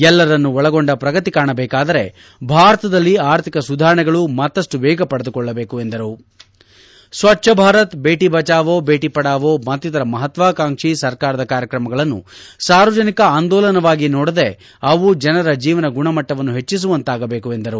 ಎಲ್ಲರನ್ನು ಒಳಗೊಂಡ ಪ್ರಗತಿ ಕಾಣಬೇಕಾದರೆ ಭಾರತದಲ್ಲಿ ಆರ್ಥಿಕ ಸುಧಾರಣೆಗಳು ಮತ್ತಪ್ಪು ವೇಗ ಪಡೆದುಕೊಳ್ಳಬೇಕು ಎಂದರುಸ್ವಚ್ಛ ಭಾರತ್ ಭೇಟ ಬಚಾವೋ ಭೇಟ ಪಡಾವೋ ಮತ್ತಿತರ ಮಹತ್ವಕಾಂಕ್ಷಿ ಸರ್ಕಾರದ ಕಾರ್ಯಕ್ರಮಗಳನ್ನು ಸಾರ್ವಜನಿಕ ಆಂದೋಲನವಾಗಿ ನೋಡದೆ ಅವು ಜನರ ಜೀವನ ಗುಣಮಟ್ಟವನ್ನು ಹೆಚ್ಚಿಸುವಂತಾಗಬೇಕು ಎಂದರು